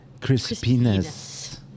Crispiness